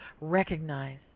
recognize